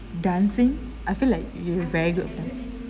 dancing I feel like you very good in dancing